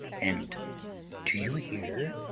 and do you hear?